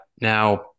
Now